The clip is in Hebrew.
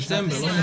על השנה הזאת.